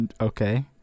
Okay